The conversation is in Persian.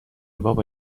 بابا